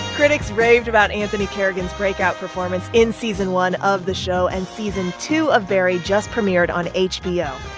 critics raved about anthony carrigan's breakout performance in season one of the show, and season two of barry just premiered on hbo.